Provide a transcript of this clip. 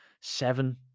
Seven